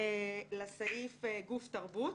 "גוף תרבות".